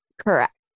Correct